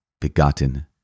begotten